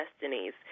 destinies